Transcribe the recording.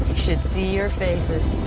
should see your faces.